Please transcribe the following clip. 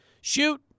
shoot